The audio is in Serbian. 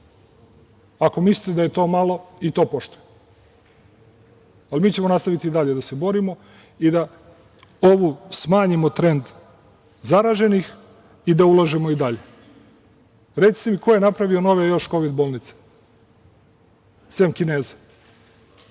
Ako mislite da je to malo, i to poštujem. Ali, mi ćemo nastaviti i dalje da se borimo i da smanjimo trend zaraženih i da ulažemo i dalje. Recite mi ko je napravio još nove Kovid bolnice, sem Kineza?